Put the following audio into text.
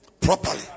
Properly